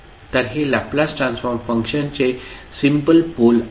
तर हे Laplace transform फंक्शनचे सिम्पल पोल आहेत